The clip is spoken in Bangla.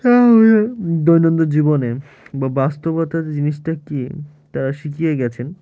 হ্যাঁ দৈনন্দিন জীবনে বা বাস্তবতার জিনিসটা কী তারা শিখিয়ে গিয়েছেন